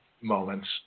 moments